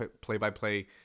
play-by-play